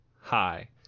hi